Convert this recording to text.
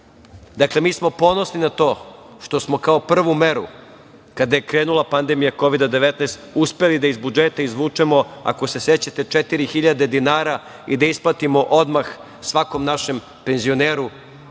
Dakle, mi smo ponosni na to što smo kao prvu meru kada je krenula pandemija Kovida – 19 uspeli da iz budžeta izvučemo, ako se sećate, 4.000 dinara i da isplatimo odmah svakom našem penzioneru,